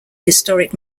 historic